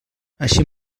així